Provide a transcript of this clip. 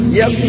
Yes